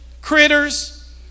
critters